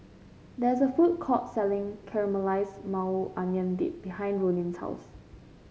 there is a food court selling Caramelized Maui Onion Dip behind Ronin's house